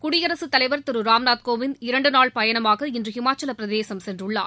குடியரசுத் தலைவர் திரு ராம்நாத் கோவிந்த் இரண்டு நாள் பயணமாக இன்று ஹிமாச்சலப் பிரதேசம் சென்றுள்ளார்